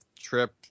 trip